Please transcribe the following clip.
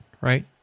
right